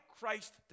Christ